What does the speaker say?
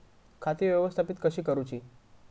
खाती व्यवस्थापित कशी करूची?